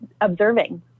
observing